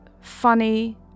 funny